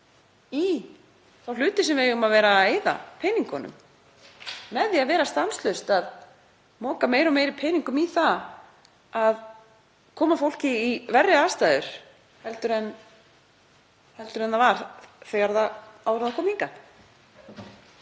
í þá hluti sem við eigum að vera að eyða peningum í, með því að vera stanslaust að moka meira og meiri peningum í að koma fólki í verri aðstæður en það var áður en það kom hingað.